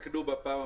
מפקחים?